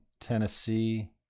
Tennessee